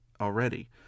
already